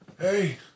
Hey